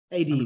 Ad